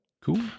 Cool